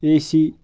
AC